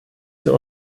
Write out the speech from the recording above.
zur